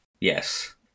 Yes